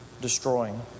destroying